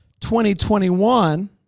2021